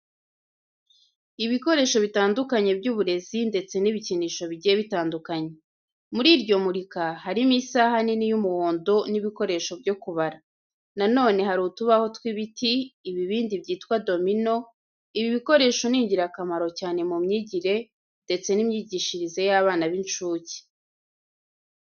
Ibikoresho bitandukanye by'uburezi ndetse n'ibikinisho bigiye bitandukanye. Muri iryo murika, harimo isaha nini y'umuhondo n'ibikoresho byo kubara. Na none hari utubaho tw'ibiti, ibibindi byitwa domino, ibi bikoresho ni ingirakamaro cyane mu myigire ndetse n'imyigishirize y'abana b'incuke.